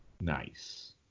Nice